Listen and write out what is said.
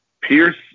Pierce